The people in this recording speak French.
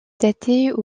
dater